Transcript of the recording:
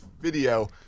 video